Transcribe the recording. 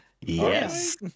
Yes